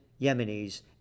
Yemenis